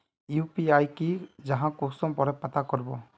UPI की जाहा कुंसम करे पता करबो?